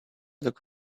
look